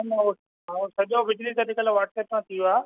न न उहो सॼो बिजनिस अॼुकल्ह वॉट्सएप सां थी वियो आहे